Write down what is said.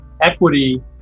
equity